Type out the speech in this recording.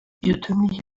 irrtümlich